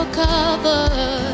cover